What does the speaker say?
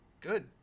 Good